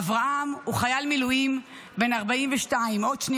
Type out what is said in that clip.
אברהם הוא חייל מילואים בן 42,